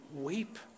weep